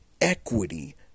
equity